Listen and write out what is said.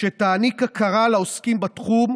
שתעניק הכרה לעוסקים בתחום,